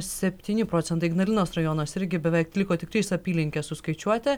septyni procentai ignalinos rajonas irgi beveik liko tik tris apylinkes suskaičiuoti